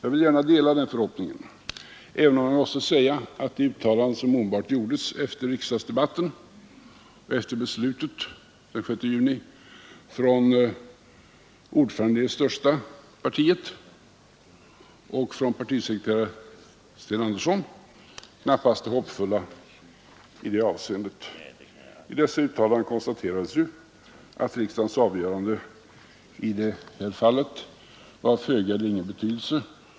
Jag vill gärna dela den förhoppningen, även om jag måste säga att det uttalande som gjordes omedelbart efter riksdagsdebatten och beslutet den 6 juni av ordföranden i det största partiet och av partisekreteraren Sten Andersson knappast inger hopp i det avseendet. I dessa uttalanden konstaterades att riksdagens avgörande i detta fall var av föga eller ingen betydelse.